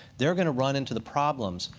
they're going to run into the problems,